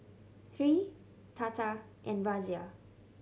Hri Tata and Razia